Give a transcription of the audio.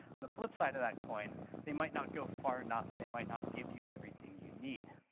on the flip side of that coin they might not go far enough, they might not give you everything you need,